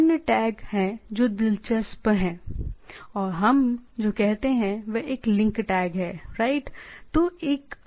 अन्य टैग हैं जो दिलचस्प हैं हम जो कहते हैं वह लिंक टैग है राइट